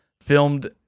filmed